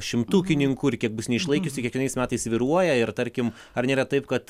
šimtukininkų ir kiek bus neišlaikiusių kiekvienais metais svyruoja ir tarkim ar nėra taip kad